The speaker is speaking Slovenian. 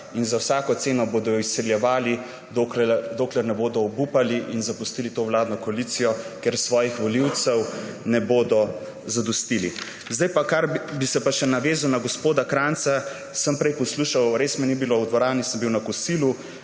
in za vsako ceno bodo izsiljevali dokler ne bodo obupali in zapustili to vladno koalicijo, ker svojih volivcev ne bodo zadostili. Bi se pa navezal še na gospoda Krajnca. Sem prej poslušal, res me ni bilo v dvorani, sem bil na kosilu,